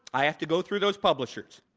i have to go through those publishers.